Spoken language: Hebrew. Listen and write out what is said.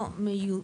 לא.